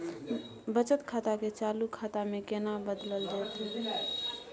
बचत खाता के चालू खाता में केना बदलल जेतै?